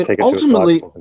Ultimately